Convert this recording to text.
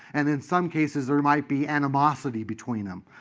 and in some cases, there might be animosity between them.